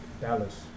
Dallas